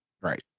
Right